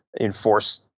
enforce